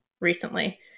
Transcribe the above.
recently